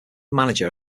manager